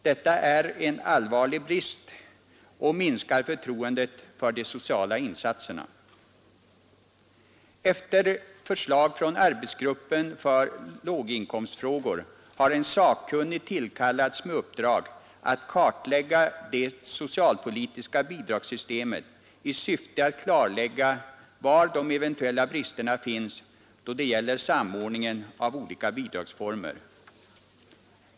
Detta är en allvarlig brist och minskar förtroendet för de sociala insatserna. Efter förslag från arbetsgruppen för låginkomstfrågor har en sakkunnig tillkallats med uppdrag att kartlägga det socialpolitiska bidragssystemet i syfte att klarlägga var de eventuella bristerna finns då det gäller samordningen av olika bidragsformer.